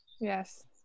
yes